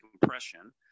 compression